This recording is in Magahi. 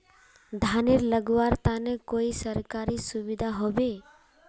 धानेर लगवार तने कोई सरकारी सुविधा होबे?